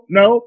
no